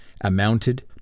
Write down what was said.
amounted